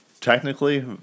technically